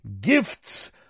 gifts